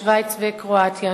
שווייץ וקרואטיה.